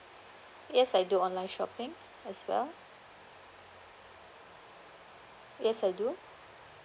yes I do online shopping as well yes I do